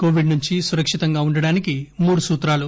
Covid నుంచి సురక్షితంగా ఉండటానికి మూడు సూత్రాలు